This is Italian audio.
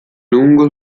lungo